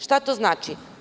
Šta to znači?